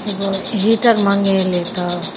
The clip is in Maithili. एगो हीटर मँगेली तऽ